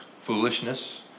Foolishness